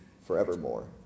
forevermore